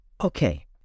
Okay